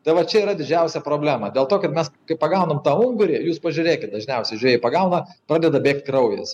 tai vat čia yra didžiausia problema dėl to kad mes kai pagaunam tą ungurį jūs pažiūrėkit dažniausiai žvejai pagauna pradeda bėgt kraujas